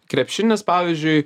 krepšinis pavyzdžiui